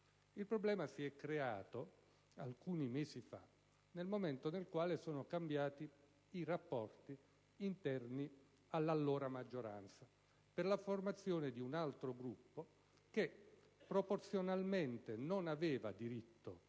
Il problema si è creato alcuni mesi fa, nel momento in cui sono cambiati i rapporti interni all'allora maggioranza, per la formazione di un altro Gruppo, che proporzionalmente non aveva diritto